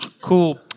Cool